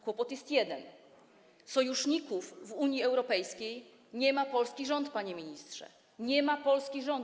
Kłopot jest jeden - sojuszników w Unii Europejskiej nie ma polski rząd, panie ministrze, nie ma ich polski rząd.